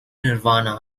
nirvana